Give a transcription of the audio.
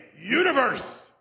Universe